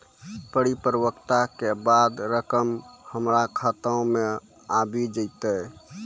परिपक्वता के बाद रकम हमरा खाता मे आबी जेतै?